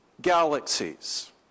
galaxies